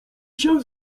się